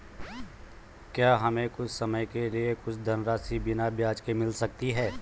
क्या हमें कुछ समय के लिए कुछ धनराशि बिना ब्याज के मिल सकती है?